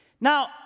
Now